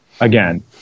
again